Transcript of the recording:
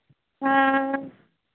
हँ